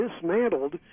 dismantled